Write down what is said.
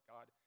God